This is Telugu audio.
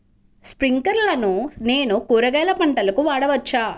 స్ప్రింక్లర్లను నేను కూరగాయల పంటలకు వాడవచ్చా?